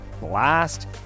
blast